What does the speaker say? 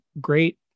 great